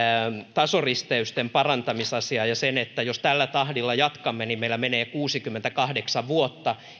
tasoristeysten parantamisasiaa ja sen että jos tällä tahdilla jatkamme meillä menee kuusikymmentäkahdeksan vuotta